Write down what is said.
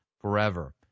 forever